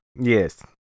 Yes